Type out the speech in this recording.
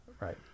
Right